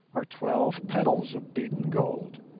are twelve petals of beaten gold.